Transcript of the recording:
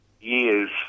years